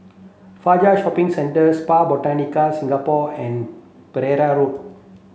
Fajar Shopping Centre Spa Botanica Singapore and Pereira Road